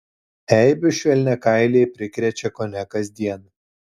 eibių švelniakailiai prikrečia kone kasdien